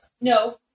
No